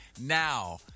now